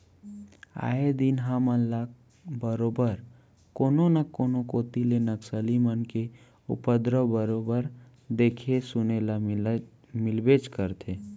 आए दिन हमन ल बरोबर कोनो न कोनो कोती ले नक्सली मन के उपदरव बरोबर देखे सुने ल मिलबेच करथे